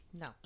No